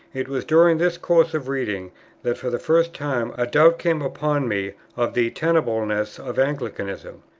it was during this course of reading that for the first time a doubt came upon me of the tenableness of anglicanism.